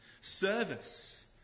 Service